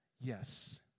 Yes